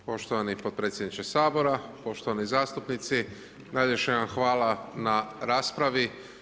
Poštovani potpredsjedniče Sabora, poštovani zastupnici, najljepša vam hvala na raspravi.